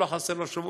לא חסר לו שום דבר,